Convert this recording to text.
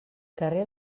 carrer